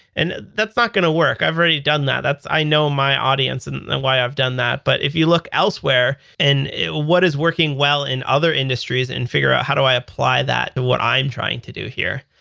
and that's not going to work. i've already done that. i know my audience and and why i've done that, but if you look elsewhere, and what is working well in other industries and figure out how do i apply that to what i'm trying to do here.